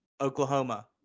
Oklahoma